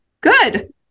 Good